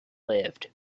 lived